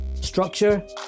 Structure